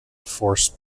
force